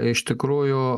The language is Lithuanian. iš tikrųjų